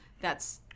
That's-